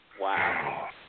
Wow